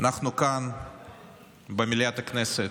אנחנו כאן במליאת הכנסת,